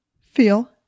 feel